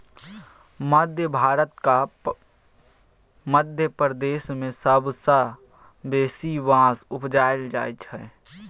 मध्य भारतक मध्य प्रदेश मे सबसँ बेसी बाँस उपजाएल जाइ छै